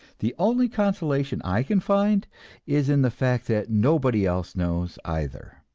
the only consolation i can find is in the fact that nobody else knows either.